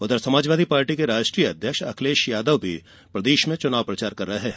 उधर समाजवादी पार्टी के राष्ट्रीय अध्यक्ष अखिलेश यादव भी प्रदेश में चुनाव प्रचार कर रहे हैं